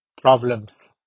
problems